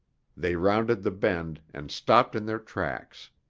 they rounded the bend and stopped in their tracks.